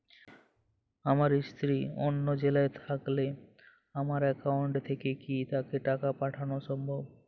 আমার স্ত্রী অন্য জেলায় থাকলে আমার অ্যাকাউন্ট থেকে কি তাকে টাকা পাঠানো সম্ভব?